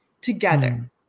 together